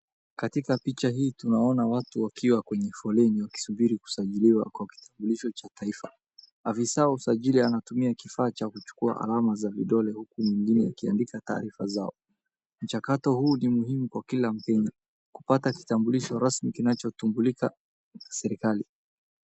Katika picha hii tunaona watu wakiwa kwenye foleni wakisubiri kusajiliwa kwa kitambulisho cha Taifa. Afisa wa usajili anatumia kifaa cha kuchukua alama za vidole huku mwingine akiandika taarifa zao mchakato huu ni muhimu kwa kila mkenya kupata kitambulisho rasmi kinachotambulika na serikali.